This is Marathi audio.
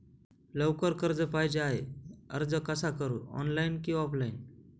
लवकर कर्ज पाहिजे आहे अर्ज कसा करु ऑनलाइन कि ऑफलाइन?